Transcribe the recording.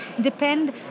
depend